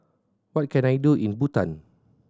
what can I do in Bhutan